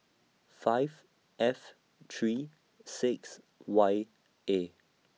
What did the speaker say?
five F three six Y A